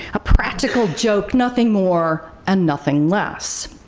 a practical joke, nothing more, and nothing less.